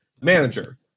manager